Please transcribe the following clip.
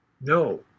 no